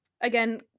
again